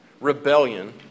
rebellion